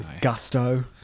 gusto